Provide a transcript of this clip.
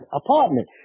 apartment